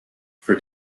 for